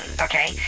okay